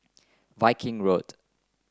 Viking Road